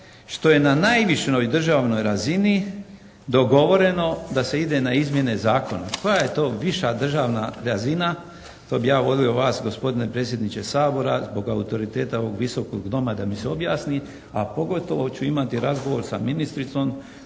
što je najvišoj državnoj razini dogovoreno da se ide na izmjene zakona. Koja je to viša državna razina, to bi ja volio vas gospodine predsjedniče Sabora, zbog autoriteta ovog Visokog doma da mi se objasni, a pogotovo ću imati razgovor sa ministricom